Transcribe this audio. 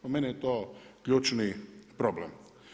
Po meni je to ključni problem.